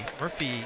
Murphy